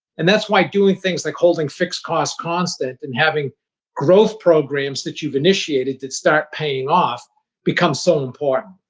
and that's why doing things like holding fixed costs constant and having growth programs that you've initiated that start paying off become so important.